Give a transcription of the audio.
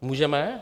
Můžeme?